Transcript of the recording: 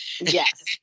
Yes